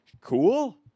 cool